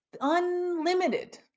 unlimited